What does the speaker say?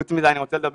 חוץ מזה אני רוצה לומר